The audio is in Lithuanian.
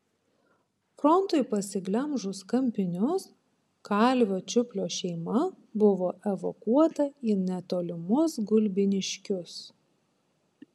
frontui pasiglemžus kampinius kalvio čiuplio šeima buvo evakuota į netolimus gulbiniškius